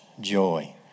joy